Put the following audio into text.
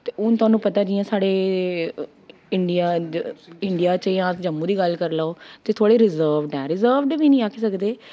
ते हून थाह्नू पता ऐ जि'यां साढ़े इंडिया इंडिया च जां जम्मू दी गल्ल करी लैओ कि थोह्ड़े रिजर्व्ड ऐं रिजर्व्ड बी निं आखी सकदे